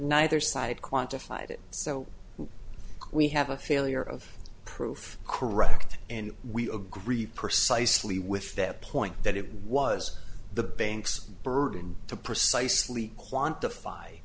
neither side quantified it so we have a failure of proof correct and we agree precisely with that point that it was the bank's burden to precisely quantify